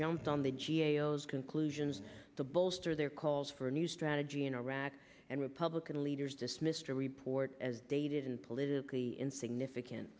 jumped on the g a o as conclusions to bolster their calls for a new strategy in iraq and republican leaders dismissed a report as dated and politically insignificant